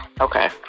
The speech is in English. Okay